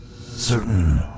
Certain